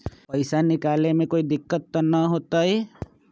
पैसा निकाले में कोई दिक्कत त न होतई?